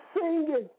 singing